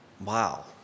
Wow